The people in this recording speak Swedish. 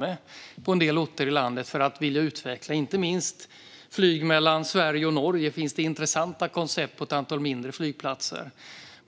det? En del orter i landet ligger långt fram vad gäller att vilja utveckla inte minst elflyg mellan Sverige och Norge. Här finns intressanta koncept på ett antal mindre flygplatser.